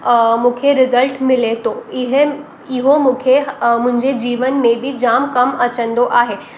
मूंखे रिज़ल्ट मिले तो इहे इहो मूंखे मुंहिंजे जीवन में बि जाम कमु अचंदो आहे